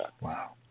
Wow